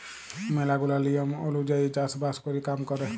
ম্যালা গুলা লিয়ম ওলুজায়ই চাষ বাস ক্যরে কাম ক্যরে